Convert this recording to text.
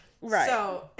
Right